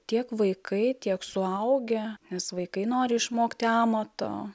tiek vaikai tiek suaugę nes vaikai nori išmokti amato